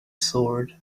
sword